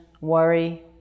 worry